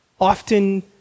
often